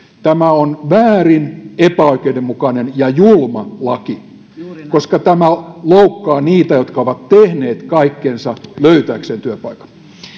tämä on väärin tämä on epäoikeudenmukainen ja julma laki koska tämä loukkaa niitä jotka ovat tehneet kaikkensa löytääkseen työpaikan